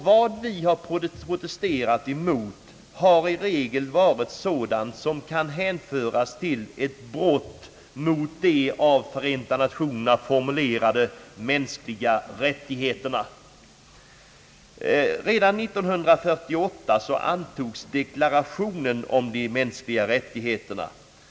Vad vi protesterat emot har i regel varit sådant som kan hänföras till brott mot de av Förenta Nationerna formulerade mänskliga rättigheterna. Redan 1948 antogs deklarationen om de mänskliga rättigheterna.